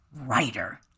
writer